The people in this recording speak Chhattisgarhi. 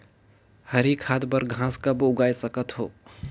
हरी खाद बर घास कब उगाय सकत हो?